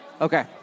Okay